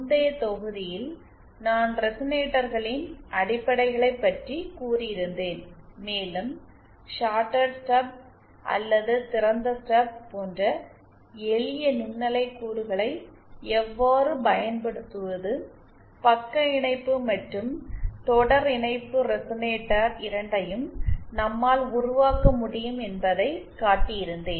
முந்தைய தொகுதியில் நான் ரெசனேட்டர்களின் அடிப்படைகளை பற்றி கூறி இருந்தேன் மேலும் ஷார்டட் ஸ்டப் அல்லது திறந்த ஸ்டப் போன்ற எளிய நுண்ணலைக் கூறுகளை எவ்வாறு பயன்படுத்துவது பக்க இணைப்பு மற்றும் தொடர் இணைப்பு ரெசனேட்டர் இரண்டையும் நம்மால் உருவாக்க முடியும் என்பதைக் காட்டி இருந்தேன்